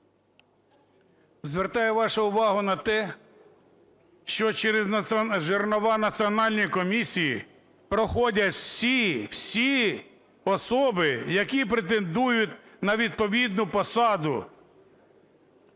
Звертаю вашу увагу на те, що через "жернова" Національної комісії проходять всі, всі особи, які претендують на відповідну посаду,